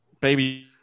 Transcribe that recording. baby